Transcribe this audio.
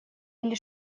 или